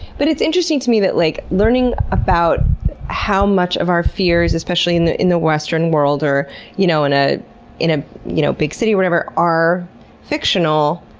but it's interesting to me that like learning about how much of our fears especially in the in the western world or you know in ah a ah you know big city, or whatever are fictional,